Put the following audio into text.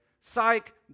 Psych